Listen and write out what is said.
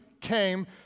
came